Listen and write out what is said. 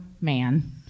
man